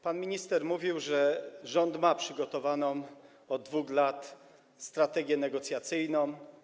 Pan minister powiedział, że rząd ma przygotowaną od 2 lat strategię negocjacyjną.